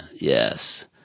Yes